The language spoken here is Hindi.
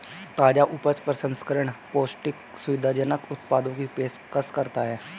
ताजा उपज प्रसंस्करण पौष्टिक, सुविधाजनक उत्पादों की पेशकश करता है